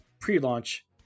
pre-launch